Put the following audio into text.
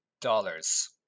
dollars